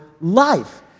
life